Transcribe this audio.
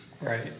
Right